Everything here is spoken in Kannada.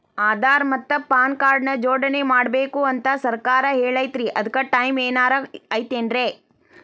ಆಧಾರ ಮತ್ತ ಪಾನ್ ಕಾರ್ಡ್ ನ ಜೋಡಣೆ ಮಾಡ್ಬೇಕು ಅಂತಾ ಸರ್ಕಾರ ಹೇಳೈತ್ರಿ ಅದ್ಕ ಟೈಮ್ ಏನಾರ ಐತೇನ್ರೇ?